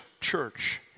church